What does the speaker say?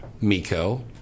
Miko